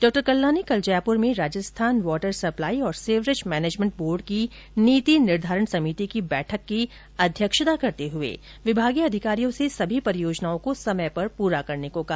डॉ कल्ला ने कल जयपुर में राजस्थान वाटर सप्लाई और सीवरेज मैनेजमेंट बोर्ड की नीति निर्धारण समिति की बैठक की अध्यक्षता करते हुए विभागीय अधिकारियों से सभी परियोजनाओं को समय पर पूरा करने को कहा